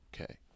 Okay